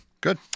Good